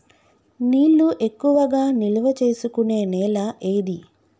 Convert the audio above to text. నీళ్లు ఎక్కువగా నిల్వ చేసుకునే నేల ఏది?